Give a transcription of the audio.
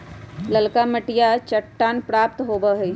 ललका मटिया चट्टान प्राप्त होबा हई